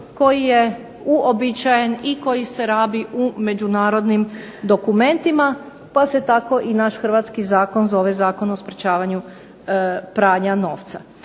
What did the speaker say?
koji je uobičajen i koji se rabi u međunarodnim dokumentima pa se tako i naš hrvatski zakon zove Zakon o sprečavanju pranja novca.